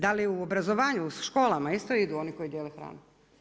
Da li u obrazovanju u školama isto idu oni koji dijele hranu.